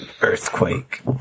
Earthquake